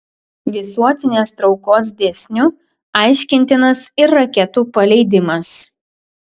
visuotinės traukos dėsniu aiškintinas ir raketų paleidimas